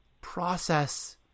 process